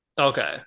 okay